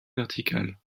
verticale